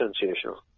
sensational